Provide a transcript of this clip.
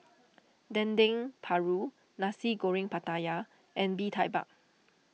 Dendeng Paru Nasi Goreng Pattaya and Bee Tai Mak